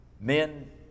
Men